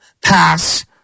pass